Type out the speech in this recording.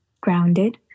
grounded